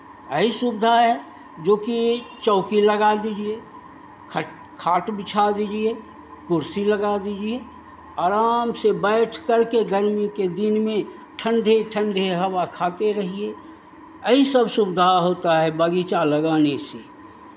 यही सुविधा है जो कि चौकी लगा दीजिए ख खाट बिछा दीजिए कुर्सी लगा दीजिए आराम से बैठकर के गर्मी के दिन में ठंडे ठंडे हवा खाते रहिए यही सब सुविधा होता है बगीचा लगाने से